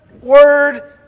word